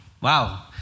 Wow